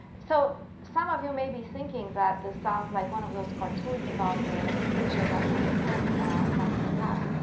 so, some of you may be thinking that the sounds like one of those cartoons about the future that never comes comes to pass.